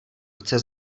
chce